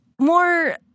more